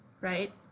right